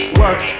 work